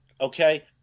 okay